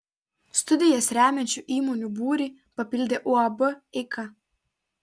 studijas remiančių įmonių būrį papildė uab eika